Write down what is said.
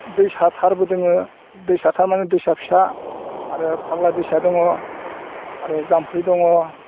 दैसा थारबो दङ दैसा थार माने दैसा फिसा आरो फाग्ला दैसा दङ आरो जामफै दङ